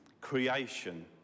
creation